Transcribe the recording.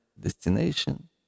destination